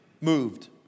moved